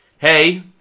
Hey